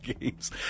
games